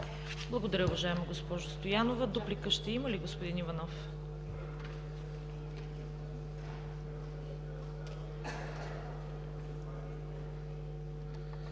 Благодаря Ви, уважаема госпожо Стоянова. Дуплика ще има ли, господин Иванов?